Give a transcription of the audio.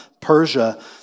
Persia